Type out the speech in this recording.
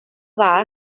dda